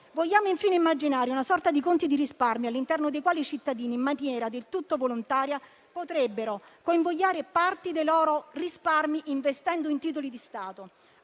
Vogliamo infine immaginare una sorta di conti di risparmio, all'interno dei quali i cittadini, in maniera del tutto volontaria, potrebbero convogliare parte dei loro risparmi, investendo in titoli di Stato.